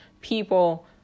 people